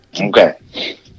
Okay